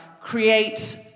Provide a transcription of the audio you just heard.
create